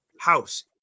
house